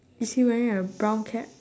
is he wearing a brown cap